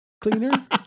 cleaner